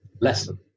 lesson